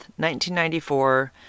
1994